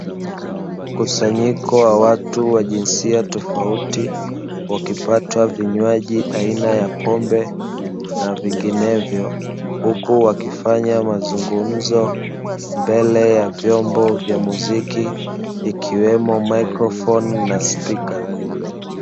Mkusanyiko watu wa jinsia tofauti, wakipata vinywaji aina ya pombe na vinginevyo, huku wakifanya mazungumzo mbele ya vyombo vya muziki, ikiwemo maikrofoni na spika.